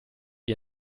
wie